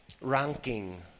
ranking